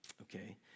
Okay